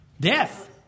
Death